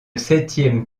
septième